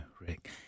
Rick